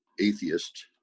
atheist